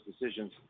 decisions